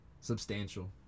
substantial